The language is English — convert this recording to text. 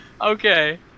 Okay